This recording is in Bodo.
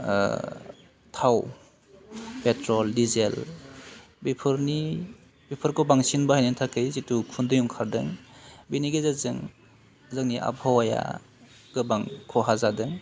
थाव पेट्रल डिजेल बेफोरनि बेफोरखौ बांसिन बाहायनायनि थाखाय जिथु उखुन्दै ओंखारदों बेनि गेजेरजों जोंनि आबहावाया गोबां खहा जादों